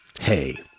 Hey